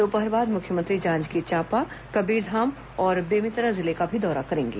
दोपहर बाद मुख्यमंत्री जांजगीर चांपा कबीरधाम और बेमेतरा जिले का भी दौरा करेंगे